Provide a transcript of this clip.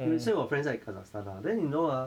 没有所以我 friend 在 kazakhstan ah then you know ah